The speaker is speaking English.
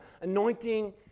anointing